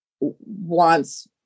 wants